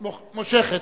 מושכת.